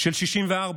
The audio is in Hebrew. של 64,